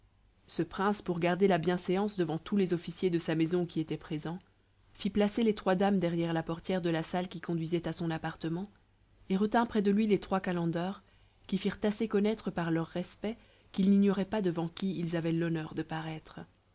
ce prince pour garder la bienséance devant tous les officiers de sa maison qui étaient présents fit placer les trois dames derrière la portière de la salle qui conduisait à son appartement et retint près de lui les trois calenders qui firent assez connaître par leurs respects qu'ils n'ignoraient pas devant qui ils avaient l'honneur de paraître